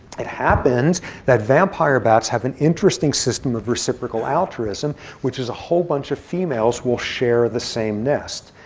it happens that vampire bats have an interesting system of reciprocal altruism, which is a whole bunch of females will share the same nest.